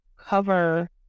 cover